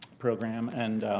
program. and